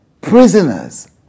prisoners